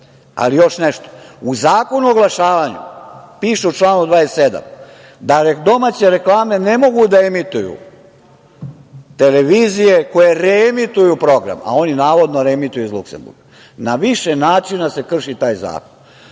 RTS-a. Još nešto, u Zakonu o oglašavanju, piše u članu 27, da domaće reklame ne mogu da emituju televizije koje reemituju program, a oni navodno reemituju iz Luksemburga. Na više načina se krši taj zakon.